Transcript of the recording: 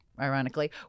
ironically